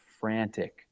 frantic